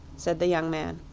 said the young man.